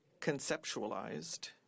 conceptualized